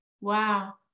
wow